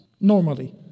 normally